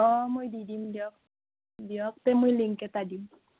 অঁ মই দি দিম দিয়ক দিয়ক তে মই লিংক এটা দিম